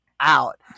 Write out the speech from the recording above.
Out